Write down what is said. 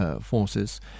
Forces